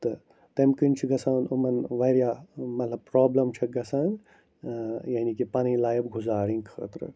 تہٕ تمہِ کِنۍ چھُ گَژھان یِمن وارِیاہ مطلب پرٛابلِم چھکھ گَژھان یعنی کہِ پنٕنۍ لایف گُزانۍ خٲطرٕ